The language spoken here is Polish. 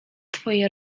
twoje